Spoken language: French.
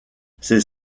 ces